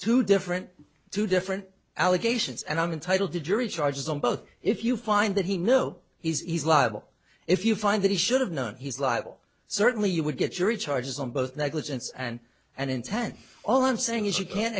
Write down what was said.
two different two different allegations and i'm entitled to jury charges on both if you find that he no he's liable if you find that he should have known he's liable certainly you would get your charges on both negligence and an intent all i'm saying is you can